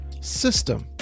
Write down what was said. system